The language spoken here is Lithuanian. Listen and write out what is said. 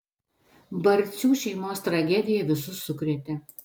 barcių šeimos tragedija visus sukrėtė